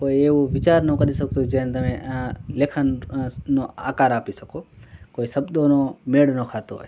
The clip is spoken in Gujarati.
કોઇ એવું વિચાર ન કરી શકતું હોય જેને તમે અં લેખન અ નો આકાર આપી શકો કોઈ શબ્દોનો મેળ ન ખાતો હોય